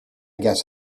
guess